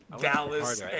Dallas